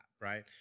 right